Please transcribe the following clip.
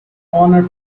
honor